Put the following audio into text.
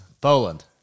Poland